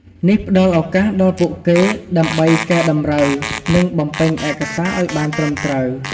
នេះផ្ដល់ឱកាសដល់ពួកគេដើម្បីកែតម្រូវ និងបំពេញឯកសារឱ្យបានត្រឹមត្រូវ។